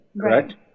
correct